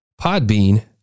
Podbean